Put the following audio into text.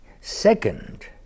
Second